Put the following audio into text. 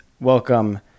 welcome